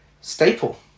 staple